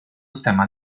stemma